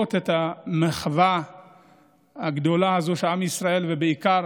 לראות את המחווה הגדולה הזו של עם ישראל, ובעיקר